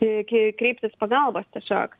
ki kreiptis pagalbos tiesiog